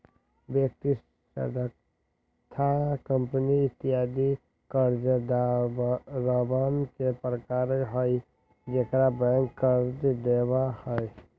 व्यक्ति, संस्थान, कंपनी इत्यादि कर्जदारवन के प्रकार हई जेकरा बैंक कर्ज देवा हई